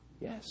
Yes